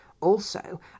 Also